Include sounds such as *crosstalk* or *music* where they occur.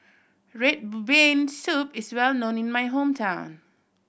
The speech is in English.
red *unintelligible* bean soup is well known in my hometown